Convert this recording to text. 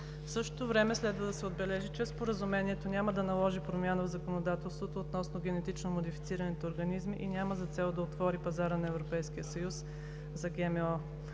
В същото време следва да се отбележи, че Споразумението няма да наложи промяна в законодателството относно генетично модифицираните организми и няма за цел да отвори пазара на Европейския съюз за ГМО.